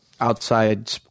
outside